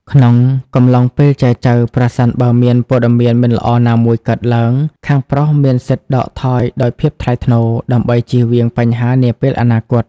ក្នុងកំឡុងពេលចែចូវ ប្រសិនបើមានព័ត៌មានមិនល្អណាមួយកើតឡើង ខាងប្រុសមានសិទ្ធិដកថយដោយភាពថ្លៃថ្នូរ ដើម្បីចៀសវាងបញ្ហានាពេលអនាគត។